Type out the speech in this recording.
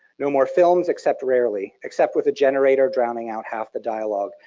no more films, except rarely except with a generator drowning out half the dialog,